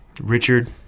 Richard